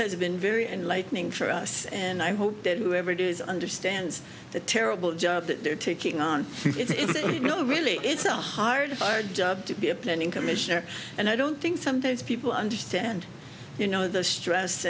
has been very enlightening for us and i hope that whoever it is understands the terrible job that they're taking on if you know really it's a hard job to be a planning commissioner and i don't think sometimes people understand you know the stress